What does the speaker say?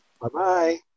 Bye-bye